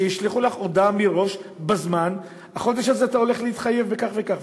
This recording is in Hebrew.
שישלחו לך הודעה מראש בזמן: החודש הזה אתה הולך להתחייב בכך וכך,